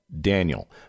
Daniel